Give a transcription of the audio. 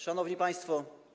Szanowni Państwo!